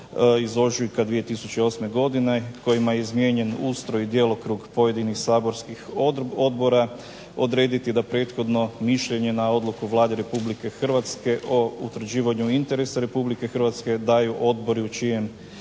iz ožujka 2008. godine kojima je izmijenjen ustroj i djelokrug pojedinih saborskih odbora odrediti da prethodno mišljenje na odluku Vlade RH o utvrđivanju interesa RH daju odbori u čijem